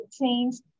changed